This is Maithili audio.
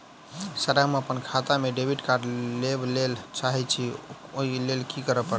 सर हम अप्पन खाता मे डेबिट कार्ड लेबलेल चाहे छी ओई लेल की परतै?